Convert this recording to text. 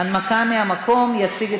הרווחה והבריאות להכנה לקריאה